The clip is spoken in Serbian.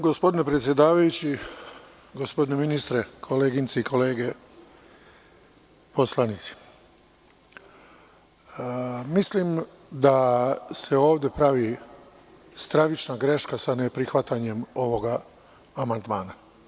Gospodine predsedavajući, gospodine ministre, koleginice i kolege poslanici, mislim da se ovde pravi stravična greška sa neprihvatanjem ovog amandmana.